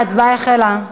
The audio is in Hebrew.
ההצבעה החלה.